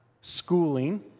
schooling